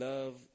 Love